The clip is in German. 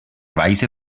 weise